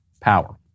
power